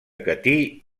catí